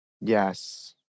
Yes